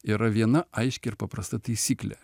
yra viena aiški ir paprasta taisyklė